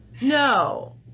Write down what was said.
No